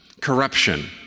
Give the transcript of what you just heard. Corruption